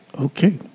Okay